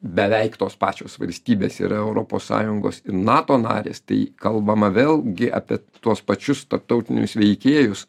beveik tos pačios valstybės yra europos sąjungos ir nato narės tai kalbama vėlgi apie tuos pačius tarptautinius veikėjus